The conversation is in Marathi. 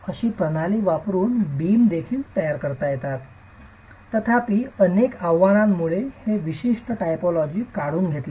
अशी प्रणाली वापरून बीम देखील तयार करता येतात तथापि अनेक आव्हानांमुळे हे विशिष्ट टायपॉलॉजी काढून घेतलेले नाही